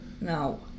No